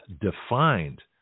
defined